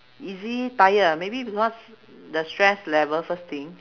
easy tired ah maybe because the stress level first thing